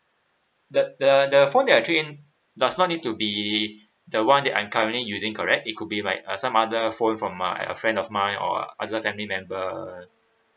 the the the phone that I trade in does not need to be the one that I'm currently using correct it could be like uh some other phone from my friend of mine or other family member